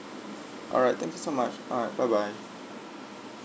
alright thank you so much alright bye bye